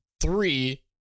three